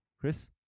Chris